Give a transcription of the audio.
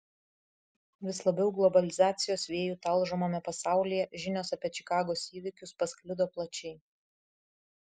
vis labiau globalizacijos vėjų talžomame pasaulyje žinios apie čikagos įvykius pasklido plačiai